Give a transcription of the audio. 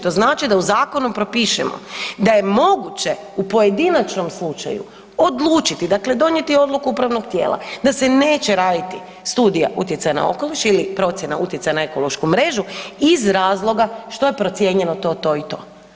To znači da zakonom propišemo da je moguće u pojedinačnom slučaju odlučiti, dakle donijeti odluku upravnog tijela da se neće raditi studija utjecaja na okoliš ili procjena utjecaja na ekološku mrežu iz razloga što je procijenjeno to, to i to.